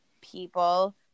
people